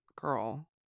girl